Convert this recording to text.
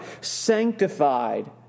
sanctified